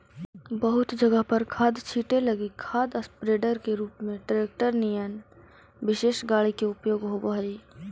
बहुत जगह पर खाद छीटे लगी खाद स्प्रेडर के रूप में ट्रेक्टर निअन विशेष गाड़ी के उपयोग होव हई